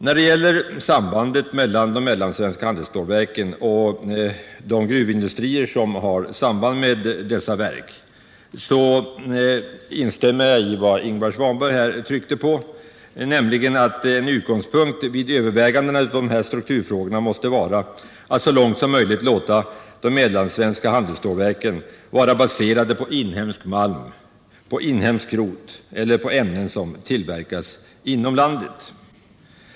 När det gäller de mellansvenska handelsstålverken och de gruvindustrier som har samband med dessa verk instämmer jag i vad Ingvar Svanberg tryckte på, att en utgångspunkt vid övervägandena av strukturfrågorna måste vara att så långt som möjligt låta de mellansvenska handelsstålverken vara baserade på inhemsk malm, på inhemskt skrot eller på ämnen som tillverkas inom landet.